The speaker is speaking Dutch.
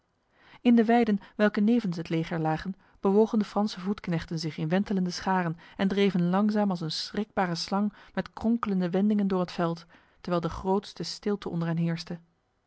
in de weiden welke nevens het leger lagen bewogen de franse voetknechten zich in wentelende scharen en dreven langzaam als een schrikbare slang met kronkelende wendingen door het veld terwijl de grootste stilte onder hen heerste